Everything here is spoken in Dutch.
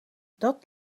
dat